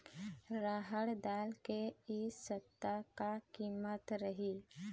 रहड़ दाल के इ सप्ता का कीमत रही?